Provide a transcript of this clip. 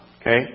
okay